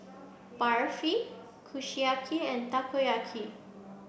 Barfi Kushiyaki and Takoyaki